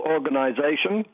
Organization